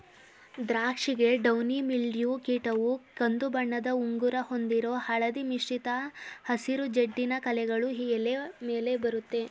ದ್ರಾಕ್ಷಿಗೆ downy mildew ಕೀಟವು ಕಂದುಬಣ್ಣದ ಉಂಗುರ ಹೊಂದಿರೋ ಹಳದಿ ಮಿಶ್ರಿತ ಹಸಿರು ಜಿಡ್ಡಿನ ಕಲೆಗಳು ಎಲೆ ಮೇಲೆ ಬರತ್ತೆ